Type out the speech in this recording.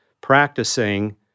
practicing